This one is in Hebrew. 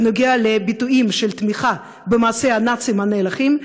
ביטויים של תמיכה במעשי הנאצים הנאלחים,